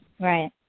Right